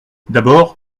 d’abord